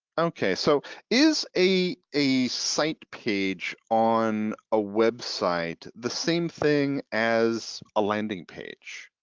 okay, so is a a site page on a website, the same thing as a landing page?